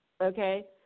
okay